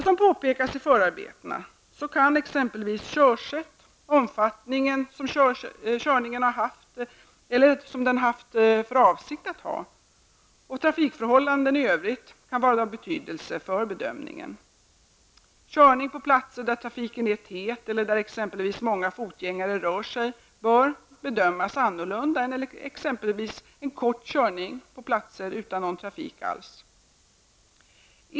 Som påpekas i förarbetena kan exempelvis körsättet, den omfattning som körningen har haft eller avsetts ha samt trafikförhållandena i övrigt vara av betydelse vid bedömningen. Körning på platser där trafiken är tät och där det exempelvis går många fotgängare bör bedömas annorlunda än exempelvis en kort körning på platser utan någon trafik alls.